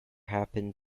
happened